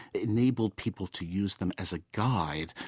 enabled people to use them as a guide,